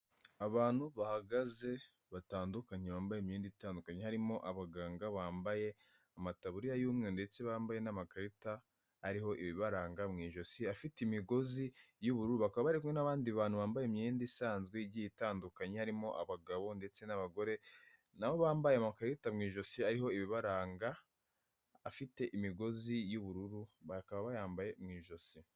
Abantu bahagaze batandukanye bambaye imyenda itandukanye; harimo abaganga bambaye amataburiya y'umweru ndetse bambaye n'amakarita ariho ibibaranga mu ijosi afite imigozi y'ubururu; bakaba bari kumwe n'abandi bantu bambaye imyenda isanzwe igiye itandukanye, harimo abagabo ndetse n'abagore na bo bambaye amakarita mu ijosi; ariho ibibaranga afite imigozi y'ubururu bakaba bayambaye mu ijosi.